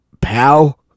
pal